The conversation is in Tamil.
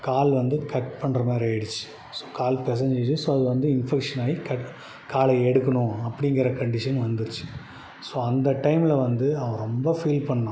கால் வந்து கட் பண்ணுற மாதிரி ஆகிடுச்சு ஸோ கால் பிசஞ்சிட்ச்சு ஸோ அது வந்து இன்ஃபெக்ஷன் ஆகி கட் காலை எடுக்கணும் அப்படிங்கிற கண்டிஷன் வந்துடுச்சு ஸோ அந்த டைமில் வந்து அவன் ரொம்ப ஃபீல் பண்ணிணான்